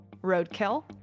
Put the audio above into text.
Roadkill